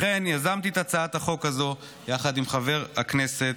לכן יזמתי את הצעת החוק הזו יחד עם חבר הכנסת